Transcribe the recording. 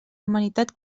humanitat